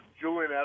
Julian